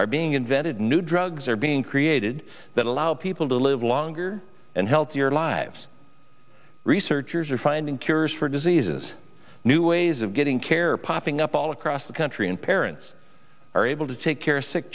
are being invented new drugs are being created that allow people to live longer and healthier lives researchers are finding cures for diseases new ways of getting care popping up all across the country and parents are able to take care of sick